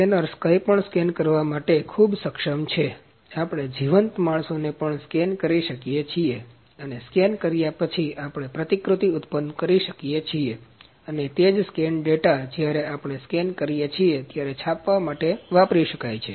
તેથી સ્કેનર્સ કંઈપણ સ્કેન કરવા માટે ખૂબ સક્ષમ છે આપણે જીવંત માણસોને પણ સ્કેન કરી શકીએ છીએ અને સ્કેન કર્યા પછી આપણે પ્રતિકૃતિ ઉત્પન્ન કરી શકીએ છીએ અને તે જ સ્કેન ડેટા જ્યારે આપણે સ્કેન કરીએ છીએ ત્યારે છાપવા માટે વાપરી શકાય છે